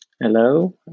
Hello